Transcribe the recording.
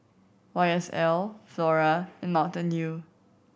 Y S L Flora and Mountain Dew